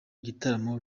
igitaramo